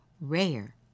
rare